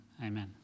amen